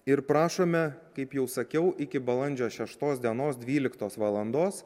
ir prašome kaip jau sakiau iki balandžio šeštos dienos dvyliktos valandos